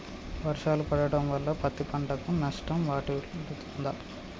వర్షాలు పడటం వల్ల పత్తి పంటకు నష్టం వాటిల్లుతదా?